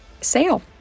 sale